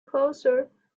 closer